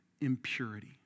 impurity